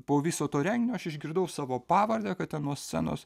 po viso to reginio aš išgirdau savo pavardę kad ten nuo scenos